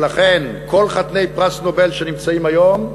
ולכן, כל חתני פרס נובל שנמצאים היום,